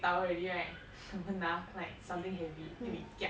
take towel already right 我们拿 something heavy then we kiap